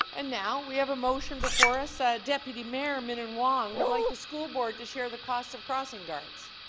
and now we have a motion before us ah deputy mayor minnan-wong would like the school board to share the cost of crossing guards.